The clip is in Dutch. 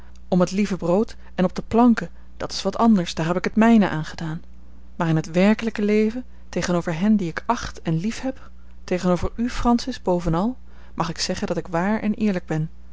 om het lieve brood en op de planken dat is wat anders daar heb ik er het mijne aan gedaan maar in t werkelijke leven tegenover hen die ik acht en liefheb tegenover u francis bovenal mag ik zeggen dat ik waar en eerlijk ben